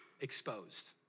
exposed